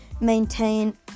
Maintain